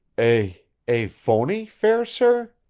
a. a phony, fair sir?